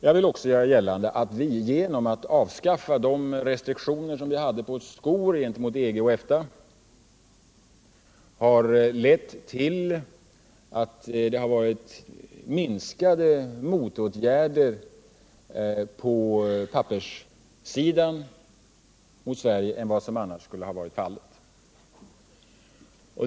Jag vill göra gällande att avskaffandet av restriktionerna på skor gentemot EG och EFTA harlett till minskade motåtgärder mot Sverige på papperssidan i jämförelse med vad som annars skulle ha varit fallet.